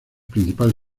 principal